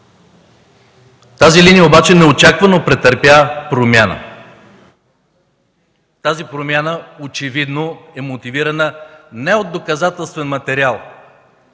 Тази линия обаче неочаквано претърпя промяна. Тази промяна очевидно е мотивирана не от доказателствен материал,